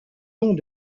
long